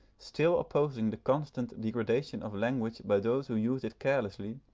still opposing the constant degradation of language by those who use it carelessly,